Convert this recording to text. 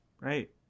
right